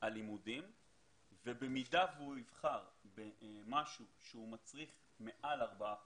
הלימודים ובמידה והוא יבחר במשהו שהוא מצריך מעל ארבעה חודשים,